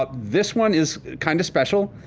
ah this one is kind of special,